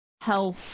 health